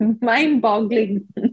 mind-boggling